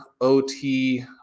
ot